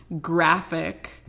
graphic